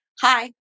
hi